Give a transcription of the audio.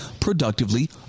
productively